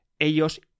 Ellos